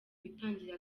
witangira